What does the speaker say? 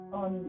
on